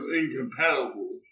incompatible